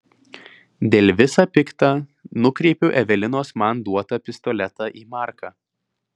dėl visa pikta nukreipiu evelinos man duotą pistoletą į marką